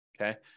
okay